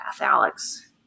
Alex